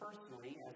personally